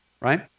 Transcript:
right